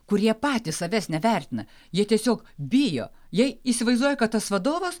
kurie patys savęs nevertina jie tiesiog bijo jie įsivaizduoja kad tas vadovas